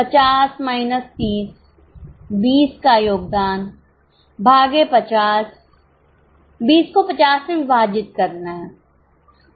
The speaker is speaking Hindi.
50 माइनस 30 20 का योगदान भागे 50 20 को 50 से विभाजित करना है